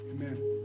Amen